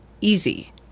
easy